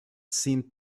seemed